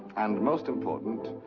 and most important,